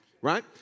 Right